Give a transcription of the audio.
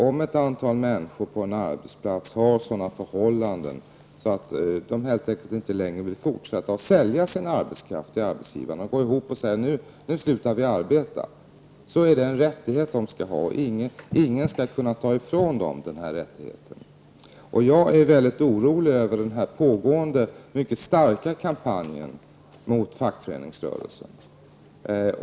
Om ett antal människor på en arbetsplats har sådana förhållanden att de helt enkelt inte vill fortsätta sälja sin arbetskraft till arbetsgivaren och går samman och säger: Nu slutar vi arbeta, är detta en rättighet de har som ingen skall kunna ta ifrån dem. Jag är mycket orolig över den pågående mycket starka kampanjen mot fackföreningsrörelsen.